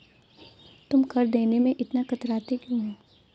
तुम कर देने में इतना कतराते क्यूँ हो?